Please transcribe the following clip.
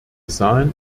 sahen